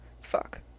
Fuck